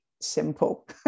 simple